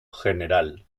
general